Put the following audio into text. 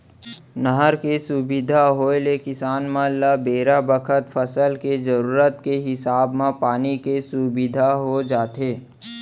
नहर के सुबिधा होय ले किसान मन ल बेरा बखत फसल के जरूरत के हिसाब म पानी के सुबिधा हो जाथे